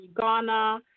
Ghana